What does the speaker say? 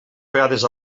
vegades